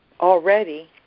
already